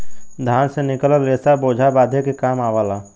धान से निकलल रेसा बोझा बांधे के काम आवला